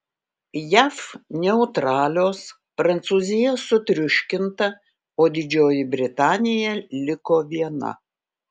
jav neutralios prancūzija sutriuškinta o didžioji britanija liko viena